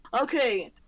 Okay